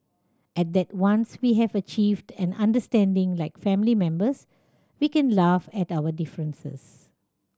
and that once we have achieved an understanding like family members we can laugh at our differences